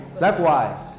Likewise